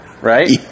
right